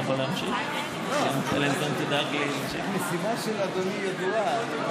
לא, המשימה של אדוני ידועה.